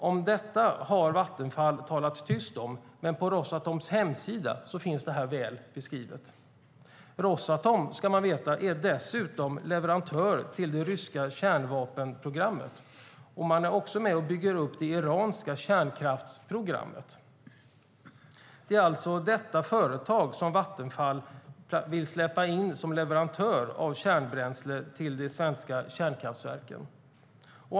Om detta har Vattenfall talat tyst, men på Rosatoms hemsida finns det väl beskrivet. Rosatom är dessutom leverantör till det ryska kärnvapenprogrammet, och det är också med och bygger upp det iranska kärnkraftsprogrammet. Det är alltså detta företag som Vattenfall vill släppa in som leverantör av kärnbränsle till de svenska kärnkraftverken.